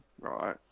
right